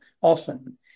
often